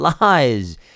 lies